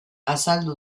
azaldu